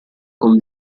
con